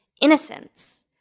innocence